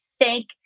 thank